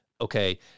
okay